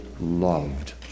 loved